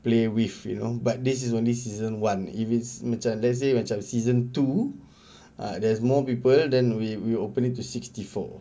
play with you know but this is only season one if it's macam let's say macam season two ah there's more people then we will open it to sixty four